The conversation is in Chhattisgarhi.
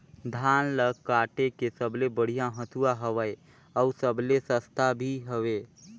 धान ल काटे के सबले बढ़िया हंसुवा हवये? अउ सबले सस्ता भी हवे?